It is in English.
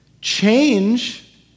Change